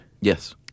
Yes